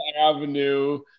Avenue